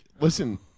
Listen